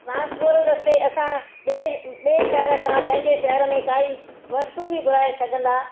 ट्रांसपोरे रस्ते असां ॿिए ॿिए शहर सां पंहिंजे शहर में काई वस्तु बि घुराए सघंदा